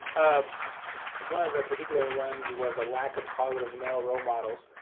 ah one of the particular ones was the lack of positive male role models.